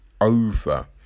over